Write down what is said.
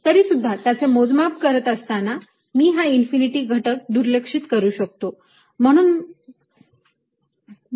तरीसुद्धा त्यांचे मोजमाप करत असताना मी हा इन्फिनिटी घटक दुर्लक्षित करू शकतो